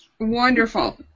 Wonderful